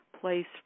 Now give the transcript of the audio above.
place